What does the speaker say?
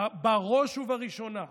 בראש ובראשונה,